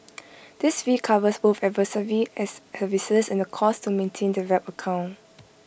this fee covers both advisory as and cost to maintain the wrap account